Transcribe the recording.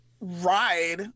ride